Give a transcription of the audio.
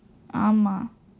ஆமாம்:aamaam